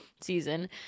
season